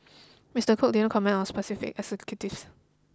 Mister Cook didn't comment on specific executives